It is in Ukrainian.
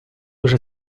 уже